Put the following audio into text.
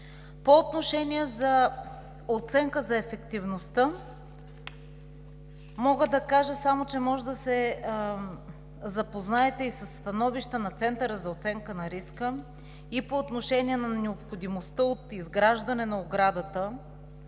По отношение на оценката за ефективността мога да кажа само, че може да се запознаете и със становищата на Центъра за оценка на риска. По отношение на необходимостта от изграждане на оградата